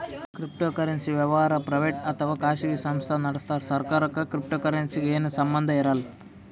cryptocurrency ವ್ಯವಹಾರ್ private ಅಥವಾ ಖಾಸಗಿ ಸಂಸ್ಥಾ ನಡಸ್ತಾರ್ ಸರ್ಕಾರಕ್ಕ್ ಕ್ರಿಪ್ಟೋಕರೆನ್ಸಿಗ್ ಏನು ಸಂಬಂಧ್ ಇರಲ್ಲ್